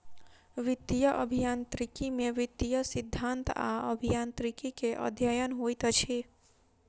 वित्तीय अभियांत्रिकी में वित्तीय सिद्धांत आ अभियांत्रिकी के अध्ययन होइत अछि